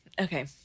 Okay